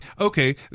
okay